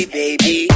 baby